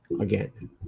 again